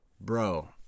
Bro